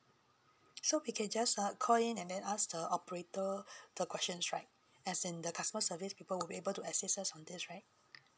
so we can just uh call in and then ask the operator the questions right as in the customer service people will be able to assist us on this right